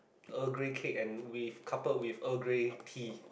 Earl Grey cake and with coupled with Earl Grey tea